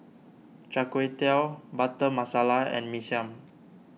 Char Kway Teow Butter Masala and Mee Siam